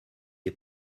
est